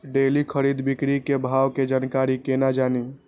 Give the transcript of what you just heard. Daily खरीद बिक्री के भाव के जानकारी केना जानी?